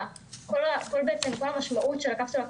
כל המשמעות של הקפסולה,